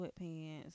sweatpants